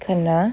கண்ணா:kannaa